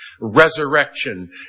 resurrection